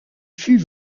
fut